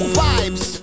vibes